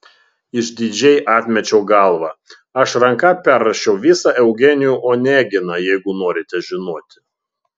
išdidžiai atmečiau galvą aš ranka perrašiau visą eugenijų oneginą jeigu norite žinoti